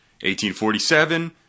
1847